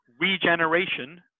regeneration